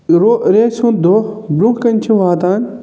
رو ریسہِ ہُنٛد دۄہ برونٛہہ کُن چھِ واتان